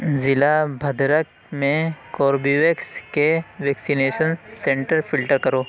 ضلع بھدرک میں کوربیویکس کے ویکسینیشن سنٹر فلٹر کرو